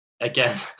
again